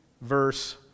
verse